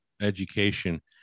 education